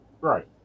Right